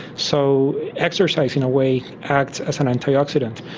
so exercise in a way acts as an antioxidant,